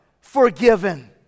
forgiven